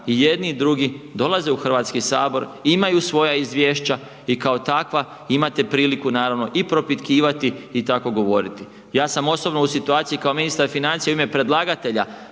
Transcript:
i jedni i drugi dolaze u HS, imaju svoja izvješća i kao takva imate priliku naravno, i propitkivati i tako govoriti. Ja sam osobno u situaciji kao ministar financija u ime predlagatelja,